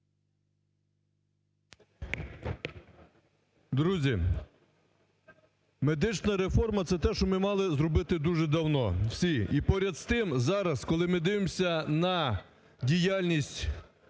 Друзі, медична реформа – це те, що ми мали зробити дуже давно всі і, поряд з тим, зараз, коли ми дивимося на діяльність